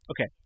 Okay